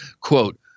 quote